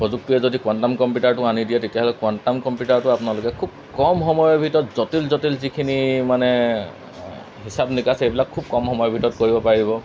প্ৰযুক্তিয়ে যদি কোৱাণ্টাম কম্পিউটাৰটো আনি দিয়ে তেতিয়াহ'লে কোৱাণ্টাম কম্পিউটাৰটো আপোনালোকে খুব কম সময়ৰ ভিতৰত জটিল জটিল যিখিনি মানে হিচাপ নিকাচ সেইবিলাক খুব কম সময়ৰ ভিতৰত কৰিব পাৰিব